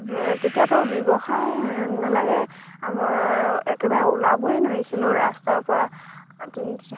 তেতিয়াতো ব্যৱসায় নেলাগে একেবাৰে ওলাবই নোৱাৰিছিলোঁ ৰাস্তাৰ পৰা